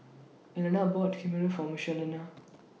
Elena bought Chigenabe For Michelina